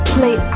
Play